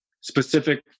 specific